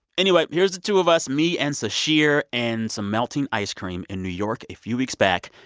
anyway, here's the two of us, me and sasheer, and some melting ice cream in new york a few weeks back.